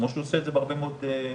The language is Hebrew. מה המטרה של הצוות